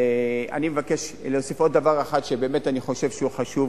אני מבקש להוסיף עוד דבר אחד שאני באמת חושב שהוא חשוב: